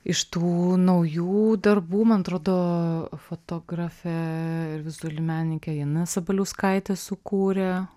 iš tų naujų darbų man atrodo fotografe ir vizuali menininkė ina sabaliauskaitė sukūrė